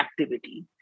activity